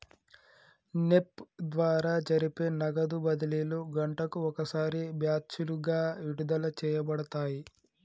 NEFT ద్వారా జరిపే నగదు బదిలీలు గంటకు ఒకసారి బ్యాచులుగా విడుదల చేయబడతాయి